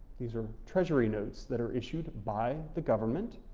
these are treasury notes that are issued by the government.